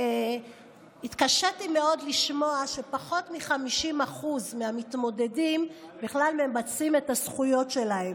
התקשיתי מאוד לשמוע שפחות מ-50% מהמתמודדים בכלל ממצים את הזכויות שלהם,